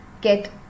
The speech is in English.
get